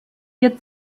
ihr